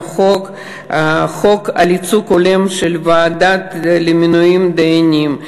חוק לייצוג הולם בוועדה למינוי דיינים,